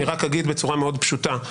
אני רק אגיד בצורה מאוד פשוטה,